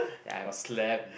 ya I got slap